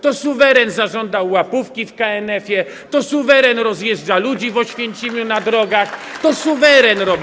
To suweren zażądał łapówki w KNF-ie, to suweren rozjeżdża ludzi w Oświęcimiu na drogach, to suweren robi.